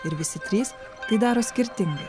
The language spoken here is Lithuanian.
ir visi trys tai daro skirtingai